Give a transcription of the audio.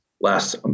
last